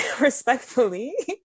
respectfully